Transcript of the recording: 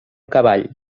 cavall